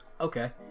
Okay